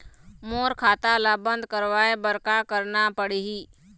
मोर खाता ला बंद करवाए बर का करना पड़ही?